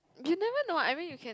you never know I mean you can